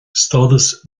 stádas